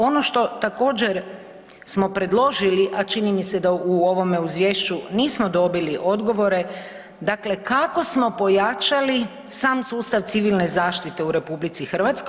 Ono što također smo predložili, a čini mi se da u ovome izvješću nismo dobili odgovore, dakle kako smo pojačali sam sustav civilne zaštite u RH.